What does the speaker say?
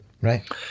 Right